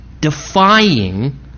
defying